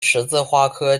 十字花科